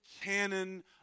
canon